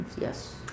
Yes